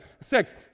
Six